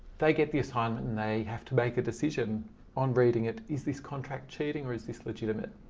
they get the assignment and they have to make a decision on reading it. is this contract cheating or is this legitimate?